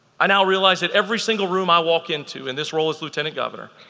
i now realize that every single room i walk into in this role as lieutenant governor,